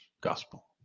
gospel